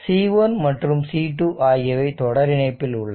C1 மற்றும் C2 ஆகியவை தொடர் இணைப்பில் உள்ளன